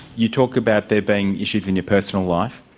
you talk about there being issues in your personal life,